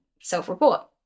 self-report